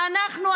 אנחנו,